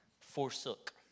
Forsook